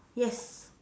yes